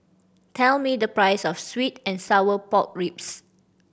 tell me the price of sweet and sour pork ribs